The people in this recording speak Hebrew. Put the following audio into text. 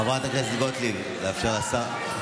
חברת הכנסת גוטליב, לאפשר לשר,